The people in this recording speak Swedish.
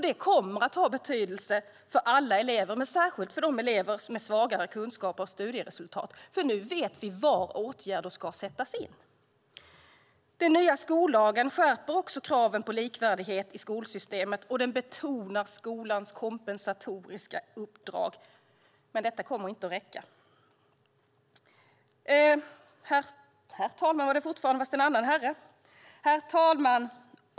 Det kommer att ha betydelse för alla elever, men särskilt för de elever som är svagare i kunskaper och studieresultat, för nu vet vi var åtgärder ska sättas in. Den nya skollagen skärper kraven på likvärdighet i skolsystemet och betonar skolans kompensatoriska uppdrag, men detta kommer inte att räcka. Herr talman!